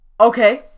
Okay